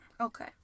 Okay